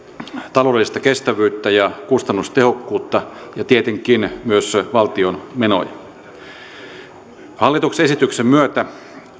taloudellista kestävyyttä ja kustannustehokkuutta ja tietenkin myös valtion menoja hallituksen esityksen myötä